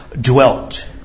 dwelt